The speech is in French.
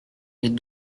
les